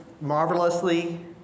Marvelously